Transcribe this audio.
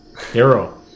hero